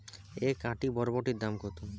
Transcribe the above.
এক আঁটি বরবটির দাম কত?